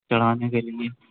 چڑھانے کے لیے